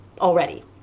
already